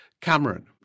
Cameron